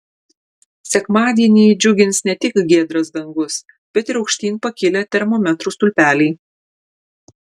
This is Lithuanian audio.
sekmadienį džiugins ne tik giedras dangus bet ir aukštyn pakilę termometrų stulpeliai